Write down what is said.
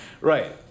Right